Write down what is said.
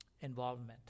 Involvement